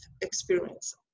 experience